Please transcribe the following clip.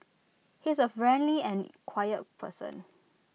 he is A friendly and quiet person